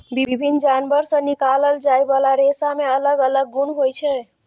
विभिन्न जानवर सं निकालल जाइ बला रेशा मे अलग अलग गुण होइ छै